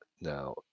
now